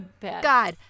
God